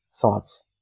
thoughts